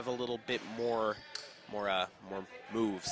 have a little bit more more more move